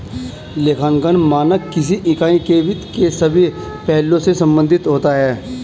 लेखांकन मानक किसी इकाई के वित्त के सभी पहलुओं से संबंधित होता है